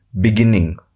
beginning